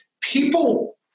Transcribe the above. people